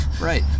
right